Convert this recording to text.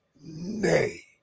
Nay